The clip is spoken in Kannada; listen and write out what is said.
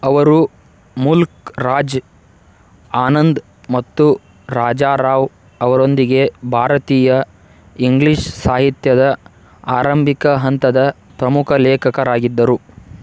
ಅವರು ಮುಲ್ಕ್ ರಾಜ್ ಆನಂದ್ ಮತ್ತು ರಾಜಾ ರಾವ್ ಅವರೊಂದಿಗೆ ಭಾರತೀಯ ಇಂಗ್ಲೀಷ್ ಸಾಹಿತ್ಯದ ಆರಂಭಿಕ ಹಂತದ ಪ್ರಮುಖ ಲೇಖಕರಾಗಿದ್ದರು